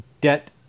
debt